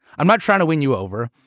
i'm not trying to win you over.